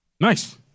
Nice